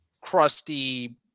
crusty